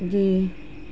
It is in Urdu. جی